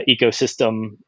ecosystem